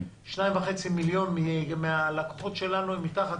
2.5 מיליון מן הלקוחות שלכם הם מתחת